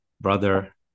brother